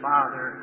Father